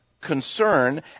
concern